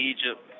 Egypt